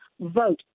vote